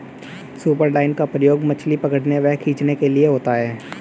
superline का प्रयोग मछली पकड़ने व खींचने के लिए होता है